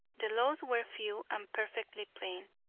the laws were few and perfectly plain,